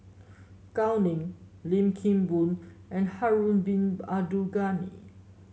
Gao Ning Lim Kim Boon and Harun Bin Abdul Ghani